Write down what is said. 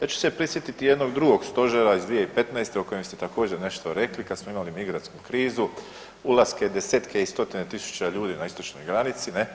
Ja ću se prisjetiti jednog drugog stožera iz 2015. o kojem ste također nešto rekli kad smo imali migrantsku krizu, ulaske 10-tke i 100-tine tisuća ljudi na istočnoj granici ne,